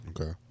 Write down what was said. Okay